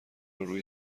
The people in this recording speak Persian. روی